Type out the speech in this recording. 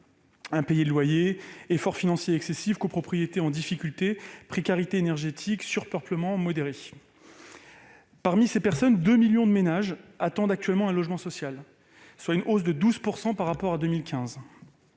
impayé de loyer, effort financier excessif, copropriété en difficulté, précarité énergétique, surpeuplement modéré ... Parmi ces personnes, 2 millions de ménages attendent actuellement un logement social, soit une hausse de 12 % par rapport à 2015.